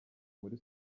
muri